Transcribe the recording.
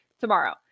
tomorrow